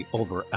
over